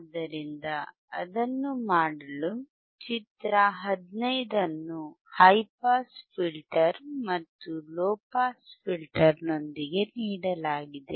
ಆದ್ದರಿಂದ ಅದನ್ನು ಮಾಡಲು ಚಿತ್ರ 15 ಅನ್ನು ಹೈ ಪಾಸ್ ಫಿಲ್ಟರ್ ಮತ್ತು ಲೊ ಪಾಸ್ ಫಿಲ್ಟರ್ ನೊಂದಿಗೆ ನೀಡಲಾಗಿದೆ